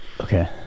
Okay